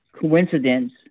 coincidence